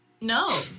No